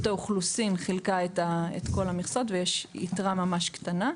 רשות האוכלוסין חילקה את כל המכסות ויש יתרה ממש קטנה.